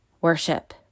worship